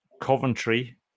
Coventry